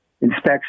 inspection